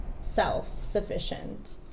self-sufficient